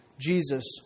Jesus